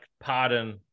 pardon